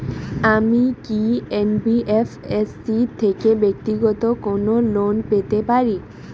আমি কি এন.বি.এফ.এস.সি থেকে ব্যাক্তিগত কোনো লোন পেতে পারি?